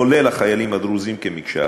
כולל החיילים הדרוזים, כמקשה אחת.